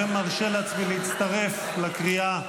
ומרשה לעצמי להצטרף לקריאה,